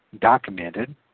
documented